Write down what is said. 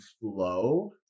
flow